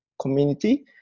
community